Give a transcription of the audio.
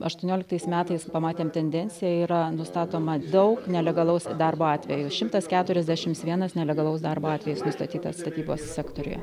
aštuonioliktais metais pamatėm tendencija yra nustatoma daug nelegalaus darbo atvejų šimtas keturiasdešims vienas nelegalaus darbo atvejus nustatyta statybos sektoriuje